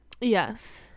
yes